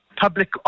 public